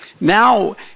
Now